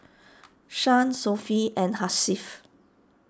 Shah Sofea and Hasif